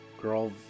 Girl